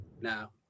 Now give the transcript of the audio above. now